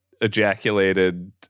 ejaculated